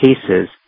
cases